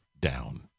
down